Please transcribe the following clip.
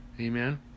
Amen